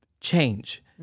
change